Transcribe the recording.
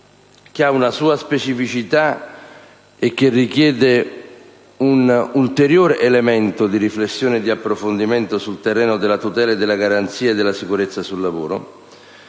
che ha una sua specificità e richiede un ulteriore elemento di riflessione e approfondimento sul terreno della tutela e delle garanzie in materia di sicurezza sul lavoro.